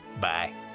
Bye